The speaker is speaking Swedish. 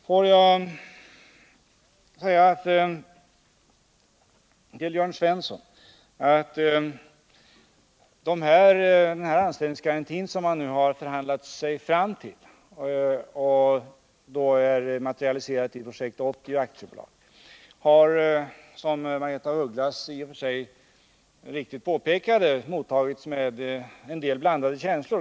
Får jag säga till Jörn Svensson att den anställningsgaranti som man förhandlat sig fram till och som är materialiserad i Projekt 80 AB har, som Margaretha af Ugglas i och för sig riktigt påpekade, mottagits med en del blandade känslor.